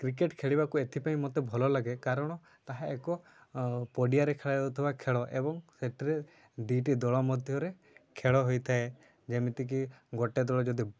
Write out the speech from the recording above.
cricket ଖେଳିବାକୁ ଏଥିପାଇଁ ମୋତେ ଭଲ ଲାଗେ କାରଣ ତାହା ଏକ ପଡ଼ିଆରେ ଖେଳା ଯାଉଥିବା ଖେଳ ଏବଂ ସେଥିରେ ଦୁଇଟି ଦଳ ମଧ୍ୟରେ ଖେଳ ହୋଇଥାଏ ଯେମିତିକି ଗୋଟେ ଦଳ ଯଦି